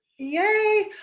Yay